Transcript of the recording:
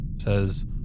says